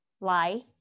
lie